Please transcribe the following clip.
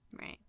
Right